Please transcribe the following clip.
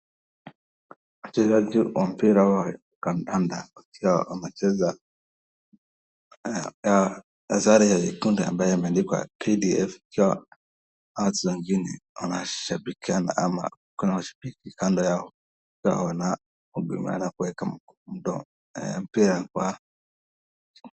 wachezaji wa mpira wa kandanda wakiwa wanacheza na sare nyekundu ambayo imeandikwa KDF union wanashabikiana au kuna mashabiki kando yao wanangangania kueka mpira kwenye